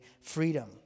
freedom